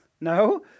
No